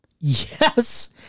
Yes